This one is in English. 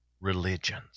religions